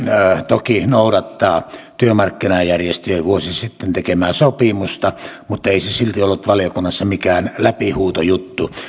toki noudattaa työmarkkinajärjestöjen vuosi sitten tekemää sopimusta mutta ei se silti ollut valiokunnassa mikään läpihuutojuttu